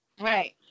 Right